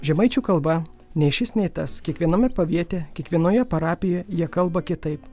žemaičių kalba nei šis nei tas kiekviename paviete kiekvienoje parapijoje jie kalba kitaip